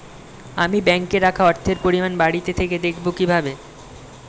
আমি ব্যাঙ্কে রাখা অর্থের পরিমাণ বাড়িতে থেকে দেখব কীভাবে?